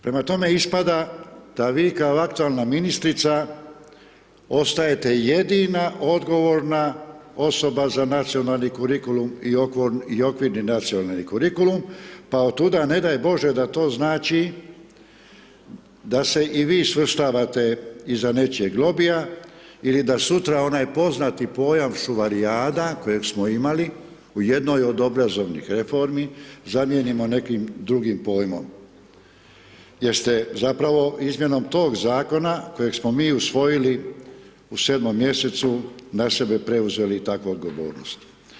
Prema tome, ispada da vi kao aktualna ministrica ostajete jedina odgovorna osoba za nacionalni kurikulum i okvirni nacionalni kurikulum pa od tuda, ne daj bože da to znači da se i vi svrstavate iza nečijeg lobija ili da sutra onaj poznati pojam šuvarijada kojeg smo imali u jednoj od obrazovanih reformi zamijenimo nekim drugim pojmom jer ste zapravo, izmjenom tog zakona kojeg smo mi usvojili u 7. mj. na sebe preuzeli takvu odgovornost.